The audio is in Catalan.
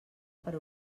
per